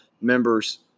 members